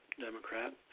Democrat